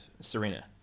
Serena